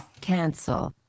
Cancel